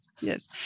yes